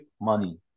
money